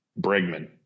Bregman